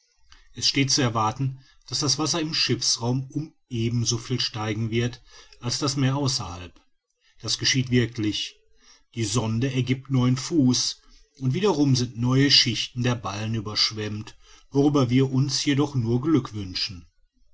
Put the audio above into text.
es steht zu erwarten daß das wasser im schiffsraum um ebenso viel steigen wird als das meer außerhalb das geschieht wirklich die sonde ergiebt neun fuß und wiederum sind neue schichten der ballen überschwemmt worüber wir uns jedoch nur glück wünschen